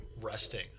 resting